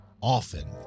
often